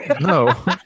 No